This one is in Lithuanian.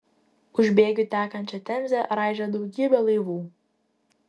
už bėgių tekančią temzę raižė daugybė laivų